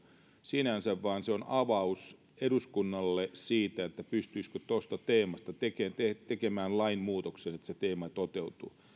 sinänsä vaan se on avaus eduskunnalle siitä että pystyisikö tuosta teemasta tekemään lainmuutoksen että se teema toteutuu